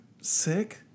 sick